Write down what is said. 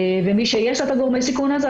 ומי שיש לה את גורמי הסיכון האלה,